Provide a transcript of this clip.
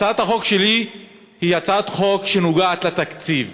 הצעת החוק שלי היא הצעת חוק שנוגעת לתקציב